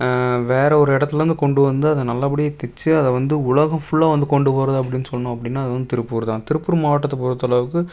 வேறே ஒரு இடத்துலருந்து கொண்டு வந்து அதை நல்லபடியாக தைச்சி அதை வந்து உலகம் ஃபுல்லாக வந்து கொண்டு போகிறது அப்படினு சொன்னோம் அப்படினா அது வந்து திருப்பூர் தான் திருப்பூர் மாவட்டத்தை பொருத்தளவுக்கு